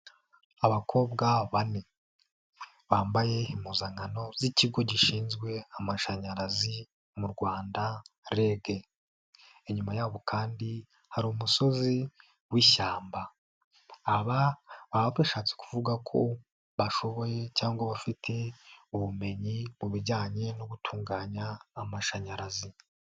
Abakobwa bane bambaye impuzankano z'ikigo gishinzwe amashanyarazi mu rwanda REG, inyuma yabo kandi hari umusozi w'ishyamba, aba baba bashatse kuvuga ko bashoboye cyangwa bafite ubumenyi mu bijyanye no gutunganya amashanyarazi.